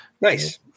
Nice